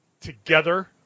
together